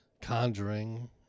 Conjuring